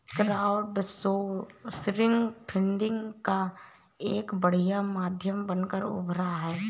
crowdsourcing funding का एक बढ़िया माध्यम बनकर उभरा है